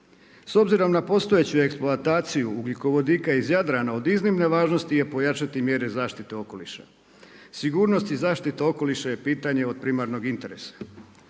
S obzirom na postojeću eksploataciju ugljikovodika iz Jadrana od iznimne važnosti je pojačati mjere zaštite okoliša. Sigurnost i zaštita okoliša je pitanje od primarnog interesa.